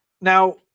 now